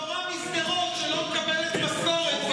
מורה משדרות שלא מקבלת משכורת,